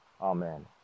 Amen